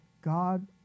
God